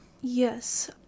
Yes